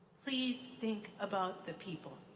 please think about the people.